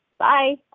Bye